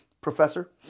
professor